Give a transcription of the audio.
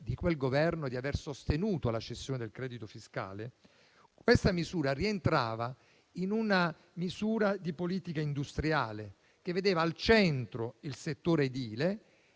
di quel Governo e di aver sostenuto la cessione del credito fiscale - essa rientrava in una politica industriale che vedeva al centro il settore edile